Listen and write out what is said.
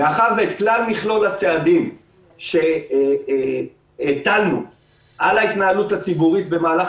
מאחר ואת מכלול הצעדים שהטלנו על ההתנהלות הציבורית במהלך